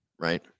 Right